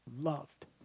loved